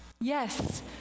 Yes